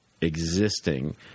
existing